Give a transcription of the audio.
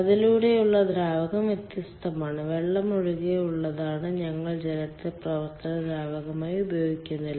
അതിലൂടെയുള്ള ദ്രാവകം വ്യത്യസ്തമാണ് വെള്ളം ഒഴികെയുള്ളതാണ് ഞങ്ങൾ ജലത്തെ പ്രവർത്തന ദ്രാവകമായി ഉപയോഗിക്കുന്നില്ല